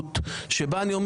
מדיניות בה אני אומר